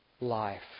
life